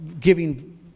giving